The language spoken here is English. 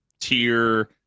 tier